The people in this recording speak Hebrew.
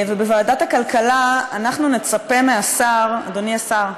ובוועדת הכלכלה אנחנו נצפה מהשר, אדוני השר,